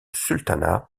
sultanat